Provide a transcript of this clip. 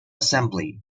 assembly